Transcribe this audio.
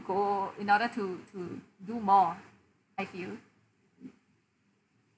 go in order to to do more I feel